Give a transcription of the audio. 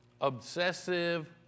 obsessive